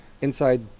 inside